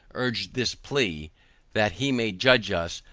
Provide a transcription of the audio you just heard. urged this plea that he may judge us,